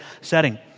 setting